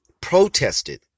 protested